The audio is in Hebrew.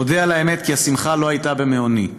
אודה על האמת כי השמחה לא הייתה במעוני.